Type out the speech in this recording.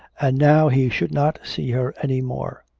and now he should not see her any more.